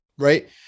Right